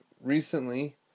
recently